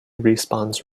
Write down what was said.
respawns